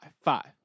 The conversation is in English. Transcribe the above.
Five